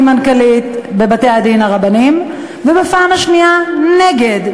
מנכ"לית בבתי-הדין הרבניים ובפעם השנייה נגד,